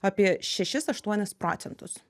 apie šešis aštuonis procentus